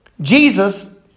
Jesus